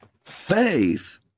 faith